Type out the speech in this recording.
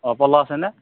অঁ প'ল' আছে নে